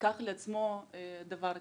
שייקח על עצמו דבר כזה.